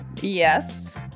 Yes